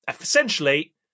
Essentially